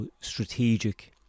strategic